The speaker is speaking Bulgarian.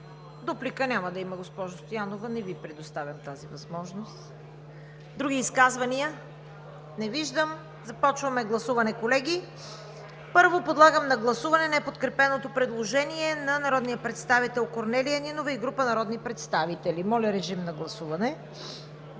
Дуплика няма да има, госпожо Стоянова. Не Ви предоставям тази възможност. Други изказвания? Не виждам. Започваме гласуване, колеги. Първо, подлагам на гласуване неподкрепеното предложение на народния представител Корнелия Нинова и група народни представители. Гласували